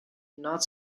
not